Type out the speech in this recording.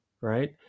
right